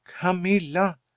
camilla